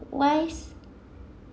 wise